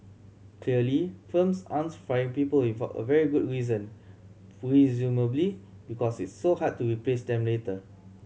clearly firms aren't firing people without a very good reason presumably because it's so hard to replace them later